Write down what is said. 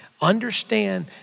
Understand